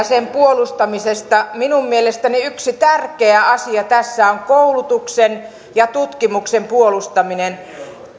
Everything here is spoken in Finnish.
sen puolustamisesta minun mielestäni yksi tärkeä asia tässä on koulutuksen ja tutkimuksen puolustaminen